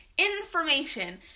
Information